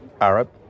Arab